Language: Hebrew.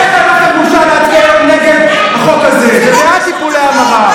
איך אין לכם בושה להצביע נגד החוק הזה ובעד טיפולי המרה?